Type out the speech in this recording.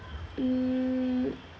mm